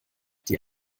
die